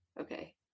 Okay